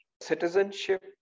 Citizenship